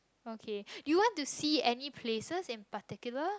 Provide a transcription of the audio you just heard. okay do you want to see any places in particular